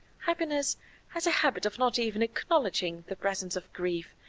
happiness has a habit of not even acknowledging the presence of grief,